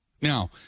Now